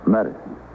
Medicine